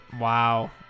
Wow